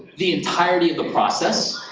the entirety of the process,